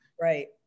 Right